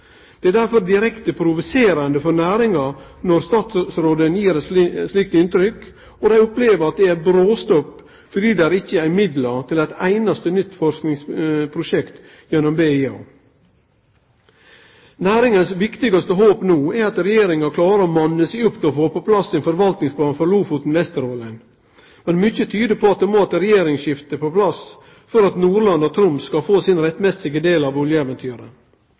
Det er derfor direkte provoserande for næringa når statsråden gir eit slikt inntrykk, og dei opplever at det er bråstopp fordi det ikkje er midlar til eit einaste nytt forskingsprosjekt gjennom BIA. Næringa sitt viktigaste håp no er at Regjeringa klarer å manne seg opp til å få på plass ein forvaltingsplan for Lofoten og Vesterålen. Mykje tyder på at det må eit regjeringsskifte på plass for at Nordland og Troms skal få sin rettmessige del av oljeeventyret.